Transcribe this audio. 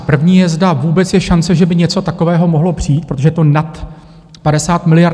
První je, zda vůbec je šance, že by něco takového mohlo přijít, protože je to nad 50 miliard.